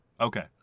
Okay